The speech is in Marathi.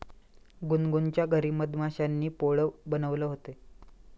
गुनगुनच्या घरी मधमाश्यांनी पोळं बनवले होते